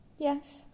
Yes